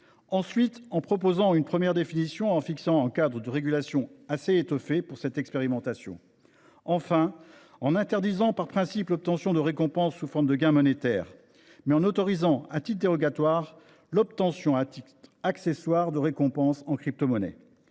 Ensuite, nous avons proposé une première définition et fixé un cadre de régulation assez étoffé pour cette expérimentation. Enfin, nous avons interdit par principe l’obtention de récompenses sous forme de gains monétaires, en autorisant par dérogation l’obtention à titre accessoire de récompenses en cryptomonnaies.